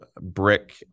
brick